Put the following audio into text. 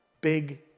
big